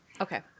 Okay